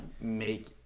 make